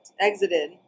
exited